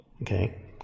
Okay